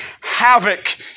havoc